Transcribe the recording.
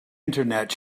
internet